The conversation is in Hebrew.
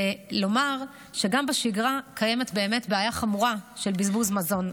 ולומר שגם בשגרה קיימת בעיה חמורה של בזבוז מזון.